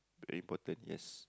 reported yes